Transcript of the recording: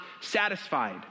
satisfied